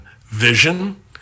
vision